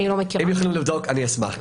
אם תוכלו לבדוק אני אשמח.